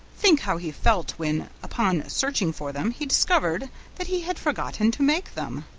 think how he felt when, upon searching for them, he discovered that he had forgotten to make them!